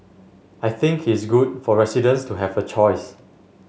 I think it's good for residents to have a choice